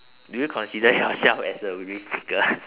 do you consider yourself as a risk taker